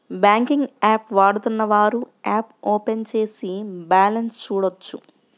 banking app వాడుతున్నవారు app open చేసి balance చూడొచ్చు